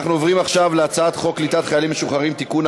אני קובע כי הצעת חוק קליטת חיילים משוחררים (תיקון,